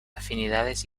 afinidades